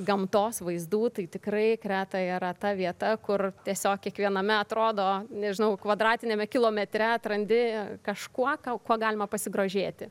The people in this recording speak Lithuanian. gamtos vaizdų tai tikrai kreta yra ta vieta kur tiesiog kiekviename atrodo nežinau kvadratiniame kilometre atrandi kažkuo kuo galima pasigrožėti